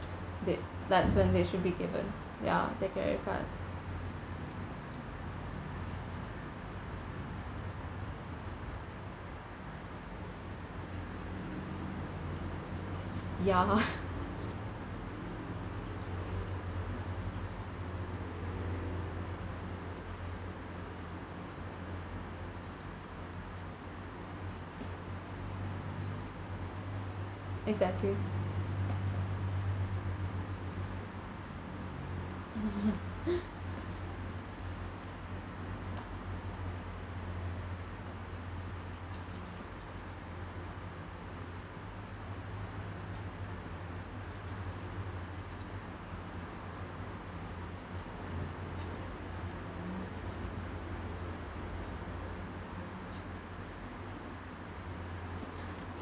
the~ that's when they should be given ya the credit card ya exactly